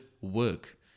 work